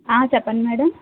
ఆ చెప్పండి మేడం